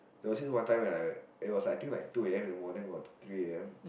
there was this one time when I it was like I think like two a_m in the morning or three a_m